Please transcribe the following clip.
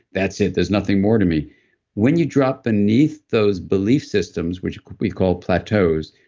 that's it. there's nothing more to me when you drop beneath those belief systems, which we call plateaus,